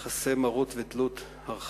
(יחסי מרות ותלות, הרחבה),